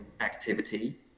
activity